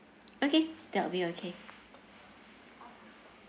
okay that will be okay